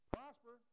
Prosper